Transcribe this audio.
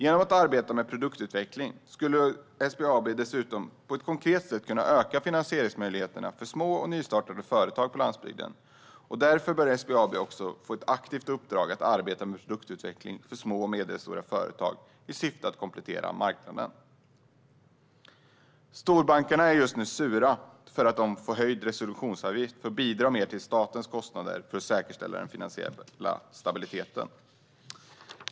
Genom att arbeta med produktutveckling skulle SBAB dessutom på ett konkret sätt kunna öka finansieringsmöjligheterna för små och nystartade företag på landsbygden. Därför bör SBAB också få ett aktivt uppdrag att arbeta med produktutveckling för små och medelstora företag i syfte att komplettera marknaden. Storbankerna är just nu sura för att de får höjd resolutionsavgift och får bidra mer till statens kostnader för att säkerställa den finansiella stabiliteten.